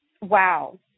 wow